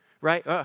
right